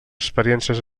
experiències